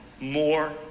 more